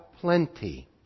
plenty